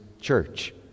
church